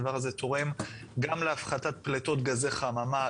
הדבר הזה תורם גם להפחתת פליטות גזי חממה,